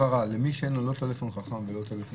למי שאין טלפון חכם ולא טלפון טיפש?